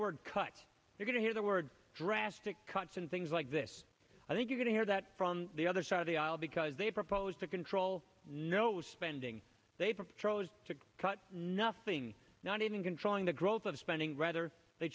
word cuts we're going to hear the word drastic cuts and things like this i think we're going to hear that from the other side of the aisle because they proposed to control knows spending they propose to cut nothing not even controlling the growth of spending rather they